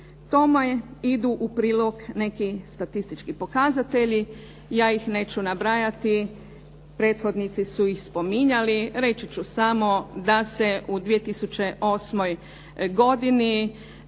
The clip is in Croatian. Tome idu u prilog neki statistički pokazatelji, ja ih neću nabrajati. Prethodnici su ih spominjali. Reći ću samo da se u 2008. godini